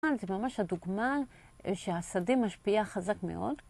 זה ממש הדוגמא שהשדה משפיע חזק מאוד.